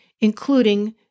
including